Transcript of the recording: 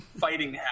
fighting